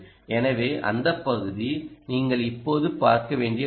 எனவே அந்த பகுதி நீங்கள் இப்போது பார்க்க வேண்டிய ஒன்று